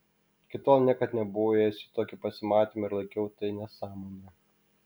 iki tol niekad nebuvau ėjęs į tokį pasimatymą ir laikiau tai nesąmone